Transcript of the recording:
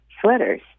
sweaters